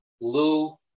blue